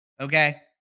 Okay